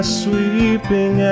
sweeping